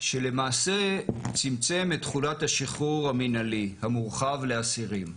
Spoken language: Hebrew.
שלמעשה צמצם את תחולת השחרור המנהלי המורחב לאסירים.